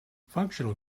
functional